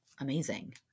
amazing